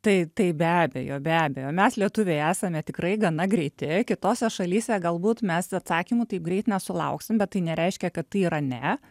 tai taip be abejo be abejo mes lietuviai esame tikrai gana greiti kitose šalyse galbūt mes atsakymų taip greit nesulauksim bet tai nereiškia kad tai yra ne